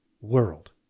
world